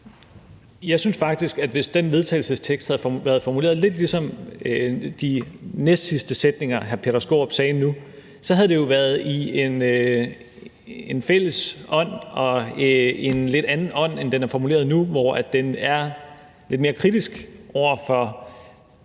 Jeg synes faktisk, at hvis den vedtagelsestekst havde været formuleret lidt ligesom de næstsidste sætninger, hr. Peter Skaarup sagde nu, så havde det jo været i en fælles ånd og i en lidt anden ånd, end som det er formuleret nu, hvor den er lidt mere kritisk over for